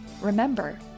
Remember